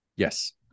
Yes